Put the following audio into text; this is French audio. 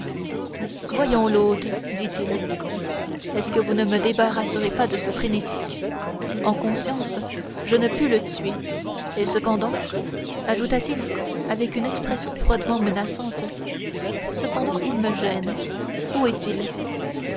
voyons l'hôte dit-il est-ce que vous ne me débarrasserez pas de ce frénétique en conscience je ne puis le tuer et cependant ajouta-t-il avec une expression froidement menaçante cependant il me gêne où est-il